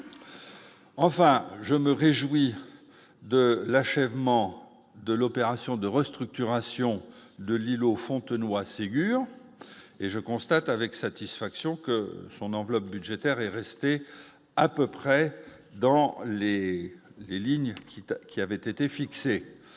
enfin je me réjouis de l'achèvement de l'opération de restructuration de l'îlot Fontenoy Sigurd et je constate avec satisfaction que son enveloppe budgétaire est resté à peu près dans les les lignes qui qui avait été fixé